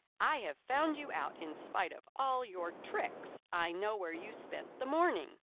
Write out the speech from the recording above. i have found you out in spite of all your tricks. i know where you spent the morning.